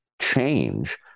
change